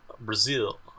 Brazil